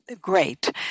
great